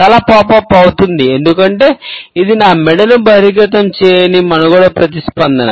అవుతుంది ఎందుకంటే ఇది నా మెడను బహిర్గతం చేయని మనుగడ ప్రతిస్పందన